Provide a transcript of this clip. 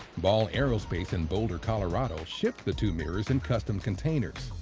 ball aerospace in boulder, colorado shipped the two mirrors in custom containers.